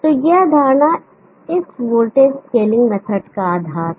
तो यह धारणा इस वोल्टेज स्केलिंग मेथड का आधार है